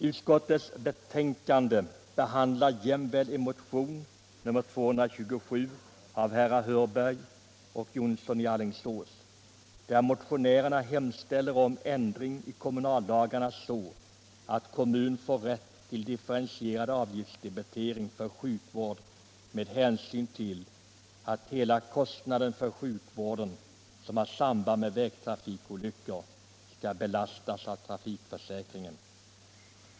Utskottsbetänkandet behandlar jämväl en motion av herrar Hörberg och Jonsson i Alingsås där motionärerna hemställer om ändring i kommunallagarna så att kommun får rätt till differentierad avgiftsdebitering för sjukvård med hänsyn till att hela kostnaden för sjukvården, som har samband med vägtrafikolyckor, skall belastas av trafikförsäkringen.